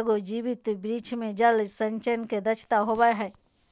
एगो जीवित वृक्ष मे जल संचय के क्षमता होवअ हई